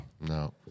No